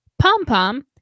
pom-pom